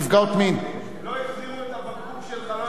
לא החזירו את הבקבוק שלך,